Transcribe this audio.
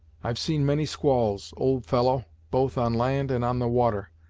i've seen many squalls, old fellow, both on land and on the water,